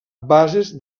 bases